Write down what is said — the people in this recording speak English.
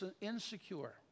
insecure